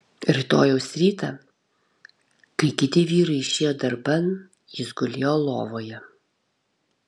rytojaus rytą kai kiti vyrai išėjo darban jis gulėjo lovoje